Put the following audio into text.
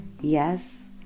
yes